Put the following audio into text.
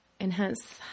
enhance